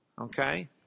Okay